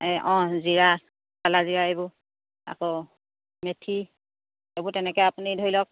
এই অঁ জিৰা কালা জিৰা এইবোৰ আকৌ মেথি এইবোৰ তেনেকৈ আপুনি ধৰি লওক